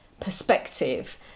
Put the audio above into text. perspective